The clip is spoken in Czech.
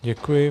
Děkuji.